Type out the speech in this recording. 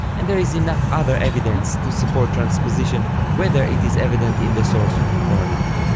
and there is enough other evidence to support transposition whether it is evident in the source or not.